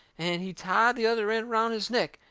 and he tied the other end around his neck,